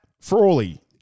Frawley